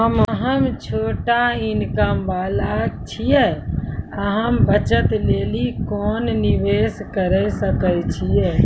हम्मय छोटा इनकम वाला छियै, हम्मय बचत लेली कोंन निवेश करें सकय छियै?